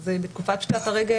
אז בתקופת פשיטת הרגל,